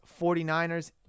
49ers